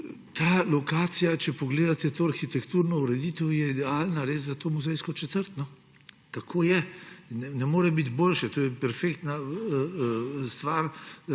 Ta lokacija, če pogledate to arhitekturno ureditev, je res idealna za to muzejsko četrt, no. Tako je. Ne more biti boljše. To je perfektna stvar